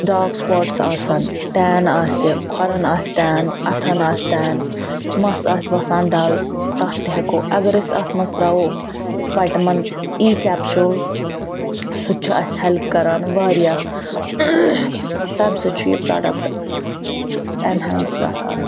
dark spots آسَن tan آسہِ کھۄرَن آسہِ ٹین اَتھَن آسہِ ٹین مس آسہِ باسان ڈل تتھ تہِ ہیٚکو اگر أسۍ تتھ مَنٛز ترٛاوَو وایٹَمن ای کیپشول سُہ تہِ چھُ اَسہِ ہیٚلپ کَران واریاہ تَمہِ سۭتۍ چھُ یہِ پرٛوڈَکٹ ایٚنہانس گَژھان